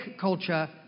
culture